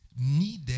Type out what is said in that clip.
needed